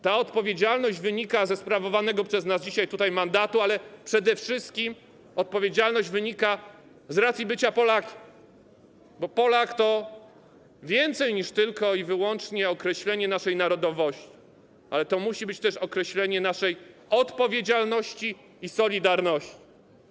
Ta odpowiedzialność wynika ze sprawowanego przez nas dzisiaj tutaj mandatu, ale przede wszystkim odpowiedzialność wynika z racji bycia Polakiem, bo Polak to więcej niż tylko i wyłącznie określenie naszej narodowości, ale to musi być też określenie naszej odpowiedzialności i solidarności.